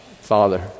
Father